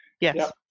Yes